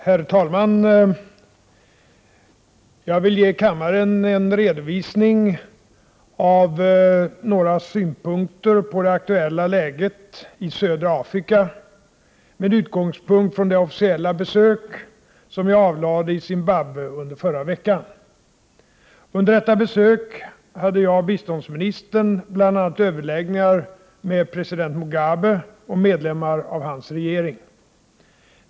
Herr talman! Jag vill ge kammaren en redovisning av några synpunkter på det aktuella läget i södra Afrika, med utgångspunkt från det officiella besök som jag avlade i Zimbabwe under förra veckan. Under detta besök hade jag och biståndsministern bl.a. överläggningar med president Mugabe och medlemmar av hans regering.